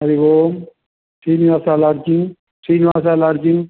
हरिः ओं श्रीनिवासलोड्जिङ्ग् श्रीनिवासलोड्जिङ्ग्